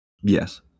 Yes